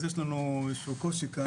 אז יש לנו איזה שהוא קושי כאן.